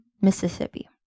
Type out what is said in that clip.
Mississippi